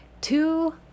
Two